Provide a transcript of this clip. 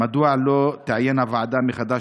1. מדוע לא תעיין הוועדה מחדש